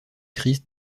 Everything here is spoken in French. christ